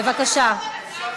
בבקשה.